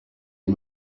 you